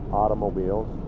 automobiles